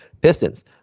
Pistons